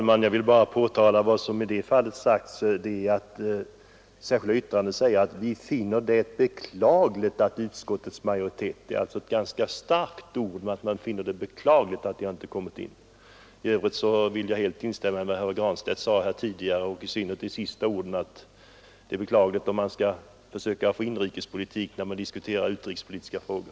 Herr talman! I det särskilda yttrandet sägs: ”Vi finner det beklagligt att utskottets majoritet inte velat ge utrymme för dessa synpunkter ———-", Det är alltså starkt uttryckt. I övrigt vill jag helt instämma i vad herr Granstedt sade om att det är beklagligt att man för in inrikespolitik när man diskuterar utrikespolitiska frågor.